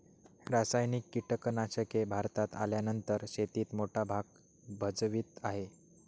रासायनिक कीटनाशके भारतात आल्यानंतर शेतीत मोठा भाग भजवीत आहे